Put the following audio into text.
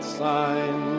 sign